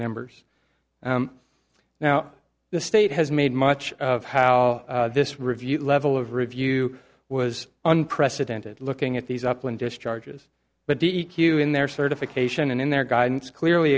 members now the state has made much of how this review level of review was unprecedented looking at these up and discharges but d e q in their certification and in their guidance clearly